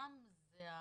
דונם זה ה